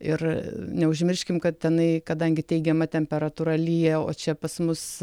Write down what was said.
ir neužmirškim kad tenai kadangi teigiama temperatūra lyja o čia pas mus